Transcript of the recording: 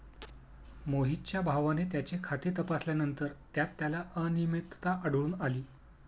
मोहितच्या भावाने त्याचे खाते तपासल्यानंतर त्यात त्याला अनियमितता आढळून आली